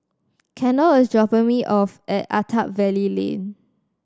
Kendal is dropping me off at Attap Valley Lane